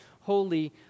holy